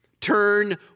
Turn